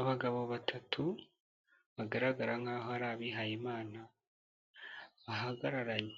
Abagabo batatu bagaragara nk'aho ari abihayimana bahagararanye.